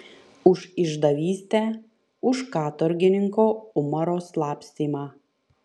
už išdavystę už katorgininko umaro slapstymą